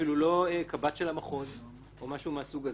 ואפילו לא קב"ט של המחוז או משהו מהסוג הזה.